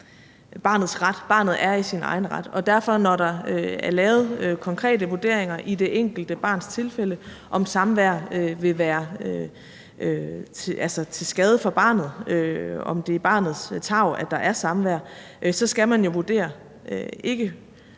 barnets ret, barnet er i sin egen ret, og derfor skal man, når der er lavet konkrete vurderinger i det enkelte barns tilfælde, om samvær vil være til skade for barnet, om det er barnets tarv, at der er samvær, jo vurdere ikke